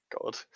god